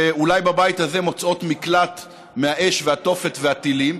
שאולי בבית הזה מוצאות מקלט מהאש והתופת והטילים,